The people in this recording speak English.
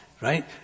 right